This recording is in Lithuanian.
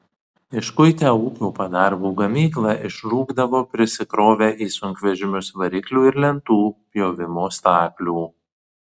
iškuitę ūkio padargų gamyklą išrūkdavo prisikrovę į sunkvežimius variklių ir lentų pjovimo staklių